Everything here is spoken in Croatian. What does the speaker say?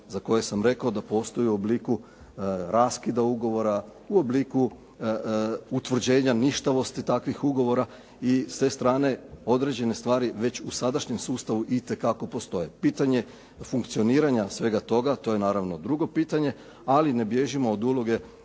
za koje sam rekao da postoje u obliku raskida ugovora, u obliku utvrđenja ništavosti takvih ugovora. I ste strane određene stvari veću sadašnjem sustavu itekako postoje. Pitanje funkcioniranja svega toga, to je naravno drugo pitanje, ali ne bježimo od uloge